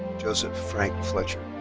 joseph frank fletcher.